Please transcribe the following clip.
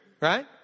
Right